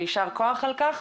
ויישר כוח על-כך,